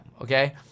Okay